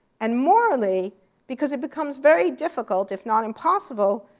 and morally because it becomes very difficult, if not impossible,